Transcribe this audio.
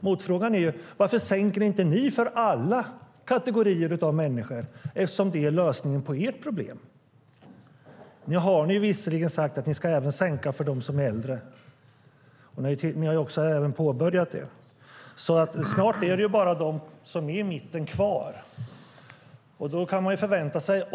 Motfrågan är: Varför sänker inte ni för alla kategorier av människor, eftersom det är lösningen på ert problem? Nu har ni visserligen sagt att ni även ska sänka för dem som är äldre, och ni har också påbörjat det. Snart är det bara de som är i mitten kvar.